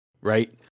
Right